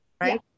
right